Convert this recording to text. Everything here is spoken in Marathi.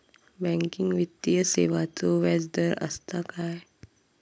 बँकिंग वित्तीय सेवाचो व्याजदर असता काय?